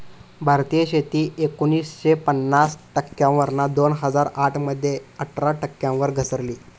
भारतीय शेती एकोणीसशे पन्नास टक्क्यांवरना दोन हजार आठ मध्ये अठरा टक्क्यांवर घसरली